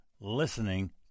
listening